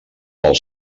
pel